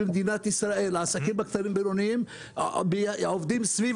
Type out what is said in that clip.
העסקים הקטנים והבינוניים עובדים סביב